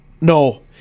no